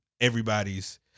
everybody's